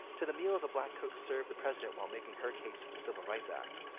to the meals a black cook served the president while making her case for the civil rights act,